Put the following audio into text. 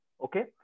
Okay